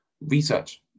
research